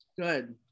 Good